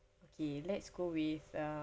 okay let's go with